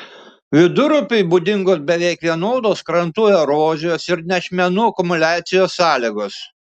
vidurupiui būdingos beveik vienodos krantų erozijos ir nešmenų akumuliacijos sąlygos